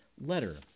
letter